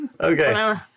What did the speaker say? Okay